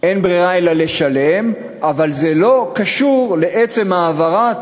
אין ברירה אלא לשלם, אבל זה לא קשור לעצם העברת